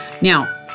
Now